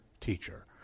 teacher